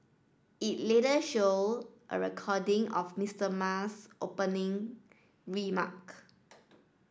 it later showed a recording of Mister Ma's opening remark